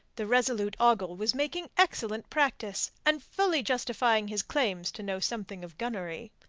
the resolute ogle was making excellent practice, and fully justifying his claims to know something of gunnery.